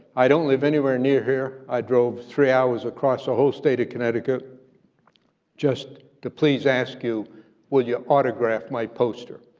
i don't live anywhere near here. i drove three hours across the whole state of connecticut just to please ask you will you autograph my poster?